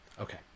Okay